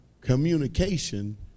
communication